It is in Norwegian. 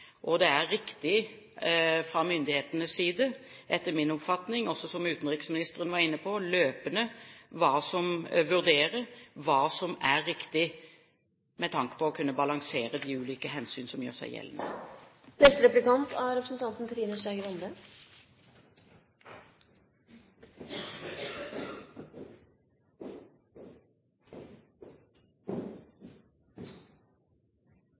og det er riktig fra myndighetenes side, etter min oppfatning – som også utenriksministeren var inne på – løpende å vurdere hva som er riktig med tanke på å kunne balansere de ulike hensyn som gjør seg gjeldende.